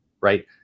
right